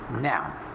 Now